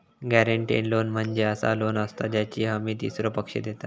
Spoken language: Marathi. गॅरेंटेड लोन म्हणजे असा लोन असता ज्याची हमी तीसरो पक्ष देता